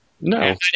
No